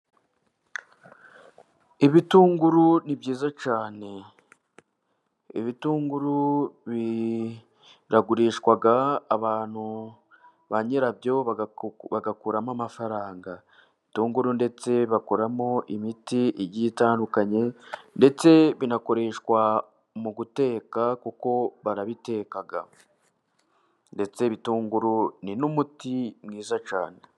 Ibitunguru ni byiza cyane, ibitunguru biragurishwa abantu ba nyirabyo bagakuramo amafaranga, ndetse bakoramo imiti igiye itandukanye ndetse binakoreshwa mu guteka kuko barabiteka ndetse ibitunguru ni n'umuti mwiza cyane.